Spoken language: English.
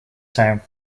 town